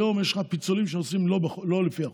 היום יש פיצולים שעושים לא לפי החוק,